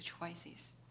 choices